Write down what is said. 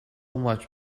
much